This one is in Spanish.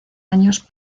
años